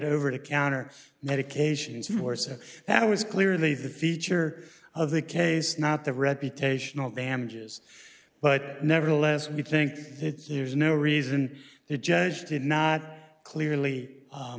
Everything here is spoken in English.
over to counter medications more so that was clearly the feature of the case not the reputational damages but nevertheless we think it's there is no reason the judge did not clearly